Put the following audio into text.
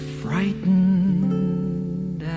frightened